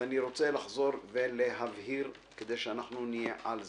ואני רוצה לחזור ולהבהיר, כדי שנהיה על זה.